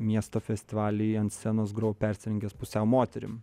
miesto festivalyje ant scenos grojau persirengęs pusiau moterim